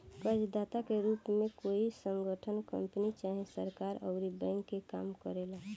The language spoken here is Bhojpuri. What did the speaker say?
कर्जदाता के रूप में कोई संगठन, कंपनी चाहे सरकार अउर बैंक के काम करेले